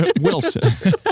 wilson